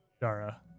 dara